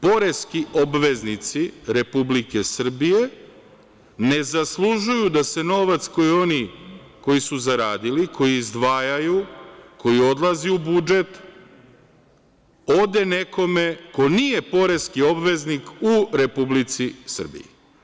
Poreski obveznici Republike Srbije ne zaslužuju da se novac koji su zaradili, koji izdvajaju, koji odlazi u budžet, ode nekome ko nije poreski obveznik u Republici Srbiji.